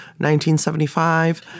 1975